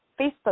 facebook